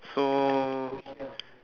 so